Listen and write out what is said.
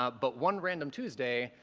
ah but one random tuesday,